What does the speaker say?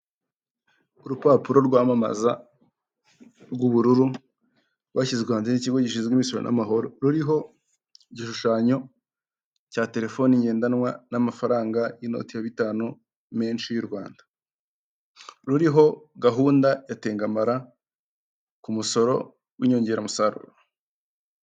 Urupapuro rwamamaza rw'ubururu rwashyizwe hanze n'ikigo gishinzwe imisoro n'amahoro, ruriho igishushanyo cya telefone ngendanwa n'amafaranga y'inoti ya bitanu menshi y'u Rwanda ruriho gahunda ya tengamara ku musoro w'inyongeramusaruro.